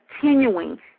continuing